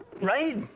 right